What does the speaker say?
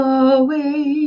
away